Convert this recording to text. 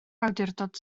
awdurdod